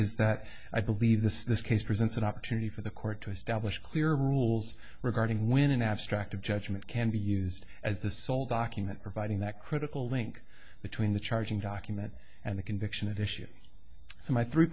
is that i believe this this case presents an opportunity for the court to establish clear rules regarding when an abstract judgment can be used as the sole document providing that critical link between the charging document and the conviction issue so my three